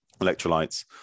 electrolytes